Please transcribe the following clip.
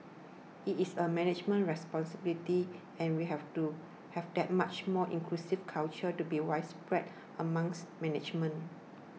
it is a management responsibility and we have do have that much more inclusive culture to be widespread amongst management